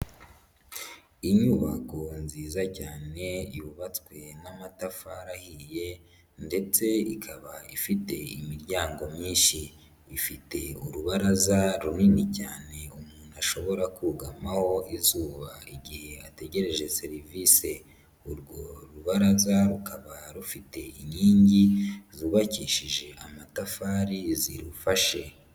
Inyubako nziza cyane yubatswe n'amatafari, ahiye ndetse ikaba ifite imiryango myinshi. Ifite urubaraza runini cyane umuntu ashobora kugamaho izuba igihe ategereje serivisi. Urwo rubaraza rukaba rufite inkingi zubakishije amatafari zirufashe.